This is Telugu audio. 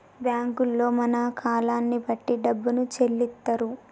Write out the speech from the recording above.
బ్యాంకుల్లో మన కాలాన్ని బట్టి డబ్బును చెల్లిత్తరు